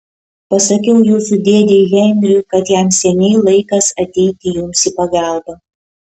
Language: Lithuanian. pasakiau jūsų dėdei henriui kad jam seniai laikas ateiti jums į pagalbą